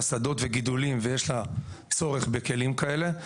שדות וגידולים ויש לה צורך בכלים כאלה,